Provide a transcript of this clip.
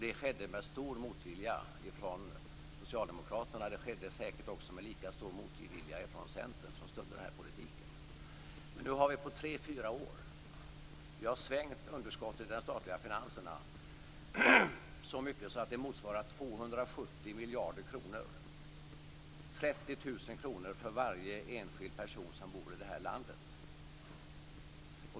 Det skedde med stor motvilja från socialdemokraterna, och det skedde säkert med lika stor motvilja från Centern, som stödde denna politik. Nu har vi på tre fyra år vänt underskottet i de statliga finanserna så mycket att det motsvarar 270 miljarder kronor - 30 000 kr för varje enskild person som bor i detta land.